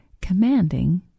commanding